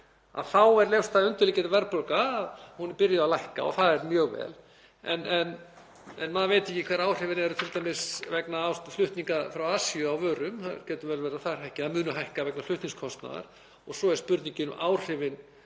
þá er ljóst að undirliggjandi verðbólga er byrjuð að lækka og það er mjög vel. En maður veit ekki hver áhrifin verða t.d. vegna flutninga frá Asíu á vörum. Það getur vel verið að þær muni hækka vegna flutningskostnaðar. Og svo er spurningin um áhrifin